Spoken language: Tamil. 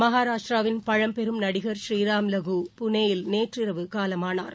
மகாராஷ்டிராவின் பழம்பெரும் நடிகள் ஸ்ரீராம் லகூ புனேயில் நேற்று இரவு காலமானார்